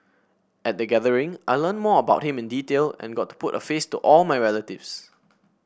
at the gathering I learnt more about him in detail and got to put a face to all my relatives